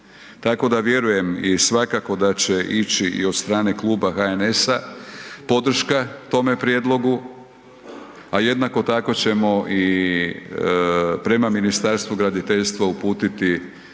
Tako da vjerujem i svakako da će ići i od strane kluba HNS-a podrška tome prijedlogu, a jednako tako ćemo i prema Ministarstvu graditeljstva uputiti,